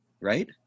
right